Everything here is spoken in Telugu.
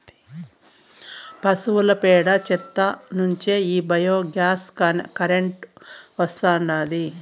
పశువుల పేడ చెత్త నుంచే ఈ బయోగ్యాస్ కరెంటు వస్తాండాది